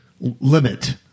limit